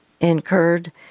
incurred